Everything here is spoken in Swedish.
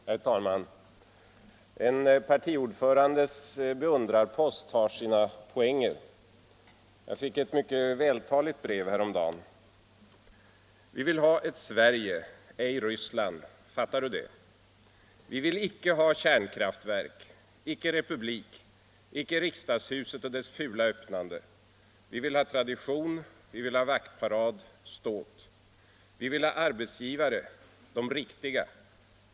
Herr talman! En partiordförandes beundrarpost har sina poänger. Jag fick ett mycket vältaligt brev häromdagen. ”Vi vill ha ett Sverige, ej Ryssland. Fattar du det? Vi vill icke ha kärnkraftverk, icke republik, icke riksdagshuset och dess fula öppnande. Vi vill ha tradition. Vi vill ha vaktparad, ståt. Vi vill ha arbetsgivare. De riktiga.